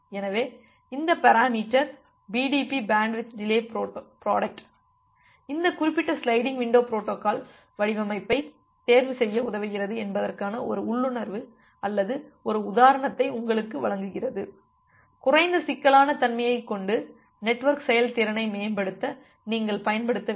எனவே இந்த parameter BDP bandwidth delay product இந்த குறிப்பிட்ட சிலைடிங் விண்டோ பொரோட்டோகால் வடிவமைப்பை தேர்வு செய்ய உதவுகிறது என்பதற்கான ஒரு உள்ளுணர்வு அல்லது ஒரு உதாரணத்தை உங்களுக்கு வழங்குகிறது குறைந்த சிக்கலான தன்மையைக் கொண்டு நெட்வொர்க் செயல்திறனை மேம்படுத்த நீங்கள் பயன்படுத்த வேண்டும்